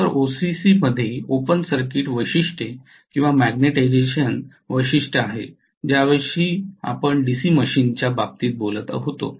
तर ओसीसीमध्ये open circuit वैशिष्ट्ये किंवा मॅग्नेटिझेशन वैशिष्ट्ये आहेत ज्याविषयी आम्ही डीसी मशीनच्या बाबतीत बोलत होतो